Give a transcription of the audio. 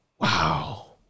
Wow